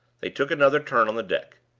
they took another turn on the deck.